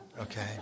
okay